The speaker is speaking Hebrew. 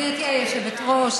גברתי היושבת-ראש,